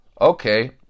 Okay